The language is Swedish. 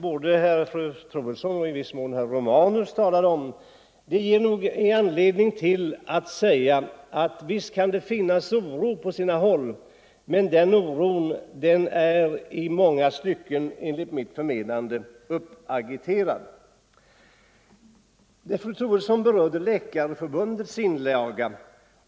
Både fru Troedsson och, i viss mån, herr Romanus talade om oro, och visst kan det finnas oro på sina håll, men den oron är enligt mitt förmenande i många stycken framagiterad. Fru Troedsson berörde Läkarförbundets inlaga.